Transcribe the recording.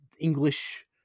English